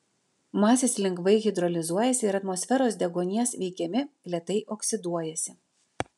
masės lengvai hidrolizuojasi ir atmosferos deguonies veikiami lėtai oksiduojasi